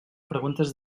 preguntes